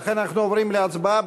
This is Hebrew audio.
ולכן אנחנו עוברים להצבעה,